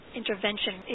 intervention